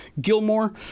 Gilmore